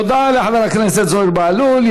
תודה לחבר הכנסת זוהיר בהלול.